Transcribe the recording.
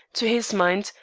to his mind,